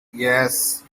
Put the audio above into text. yes